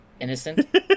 innocent